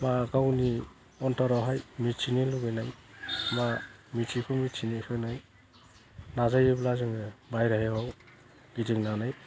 बा गावनि अनथ'रावहाय मिथिनो लुबैनाय बा मिथियिखौ मिथिनो मोननाय नाजायोब्ला जोङो बायरायाव गिदिंनानै